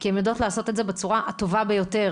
כי הן יודעות לעשות את זה בצורה הטובה ביותר.